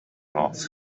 off